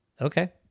okay